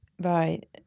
Right